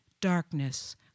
darkness